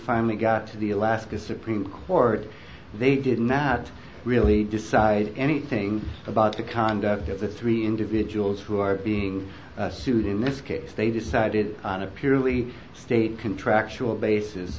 finally got to the alaska supreme court they did not really decide anything about the conduct of the three individuals who are being sued in this case they decided on a purely state contractual basis